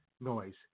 noise